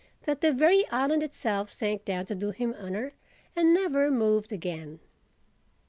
that the very island itself sank down to do him honor and never moved again.